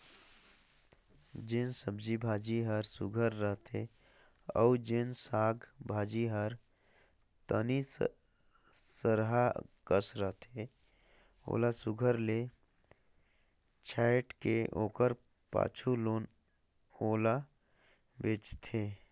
जेन सब्जी भाजी हर सुग्घर रहथे अउ जेन साग भाजी हर तनि सरहा कस रहथे ओला सुघर ले छांएट के ओकर पाछू ओला बेंचथें